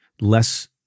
less